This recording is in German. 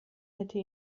hatte